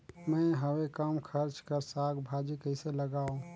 मैं हवे कम खर्च कर साग भाजी कइसे लगाव?